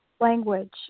language